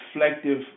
reflective